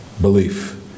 belief